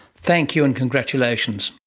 thank you and congratulations.